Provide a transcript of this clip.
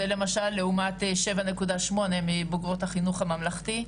זה למשל 7.8 אחוזים מבוגרות החינוך הממלכתי,